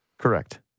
Correct